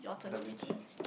Da-Vinci